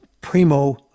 Primo